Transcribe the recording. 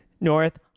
north